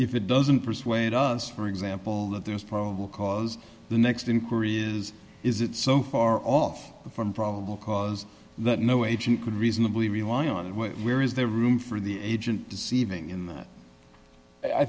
if it doesn't persuade us for example that there is probable cause the next inquiry is is it so far off from probable cause that no agent could reasonably rely on it where is there room for the agent deceiving in that i